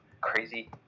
crazy